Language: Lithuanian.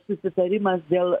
susitarimas dėl